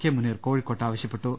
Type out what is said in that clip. K Muneer കോഴിക്കോട്ട് ആവശ്യപ്പെട്ടു